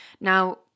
Now